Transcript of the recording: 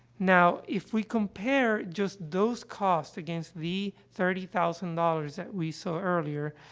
now, if we compare just those costs against the thirty thousand dollars that we saw earlier,